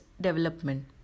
development